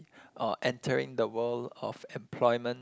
or entering the world of employment